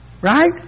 Right